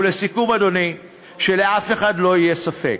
ולסיכום, אדוני, שלאף אחד לא יהיה ספק,